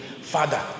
Father